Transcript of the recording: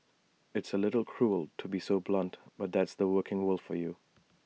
it's A little cruel to be so blunt but that's the working world for you